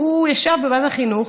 והוא ישב בוועדת החינוך,